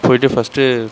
போயிட்டு ஃபஸ்ட்டு